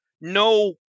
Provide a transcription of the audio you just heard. No